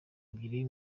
ebyiri